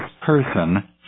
person